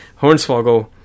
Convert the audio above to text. Hornswoggle